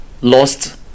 lost